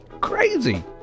Crazy